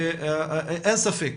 אין ספק